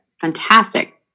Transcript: fantastic